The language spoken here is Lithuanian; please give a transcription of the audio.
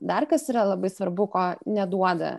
dar kas yra labai svarbu ko neduoda